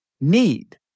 need